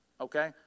Okay